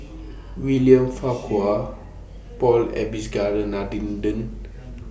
William Farquhar Paul